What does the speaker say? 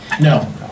No